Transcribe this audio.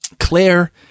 claire